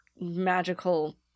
magical